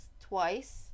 twice